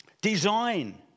Design